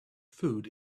food